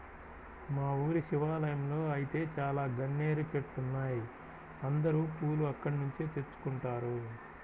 మా ఊరి శివాలయంలో ఐతే చాలా గన్నేరు చెట్లున్నాయ్, అందరూ పూలు అక్కడ్నుంచే తెచ్చుకుంటారు